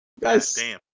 Guys